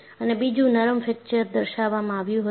અને બીજું નરમ ફ્રેકચર દર્શાવવામાં આવ્યું હતું